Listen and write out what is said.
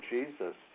Jesus